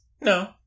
no